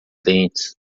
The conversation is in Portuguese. dentes